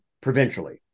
provincially